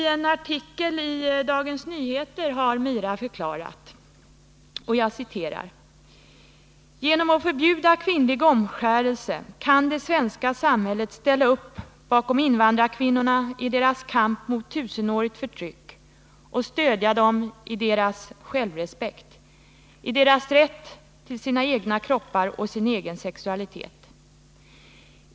I en artikel i DN har Mira Kakossaios förklarat: ”Genom att förbjuda kvinnlig omskärelse kan det svenska samhället ställa upp bakom invandrarkvinnorna i deras kamp mot tusenårigt förtryck och stödja dem i deras självrespekt, i deras rätt till sina egna kroppar och sin egen sexualitet.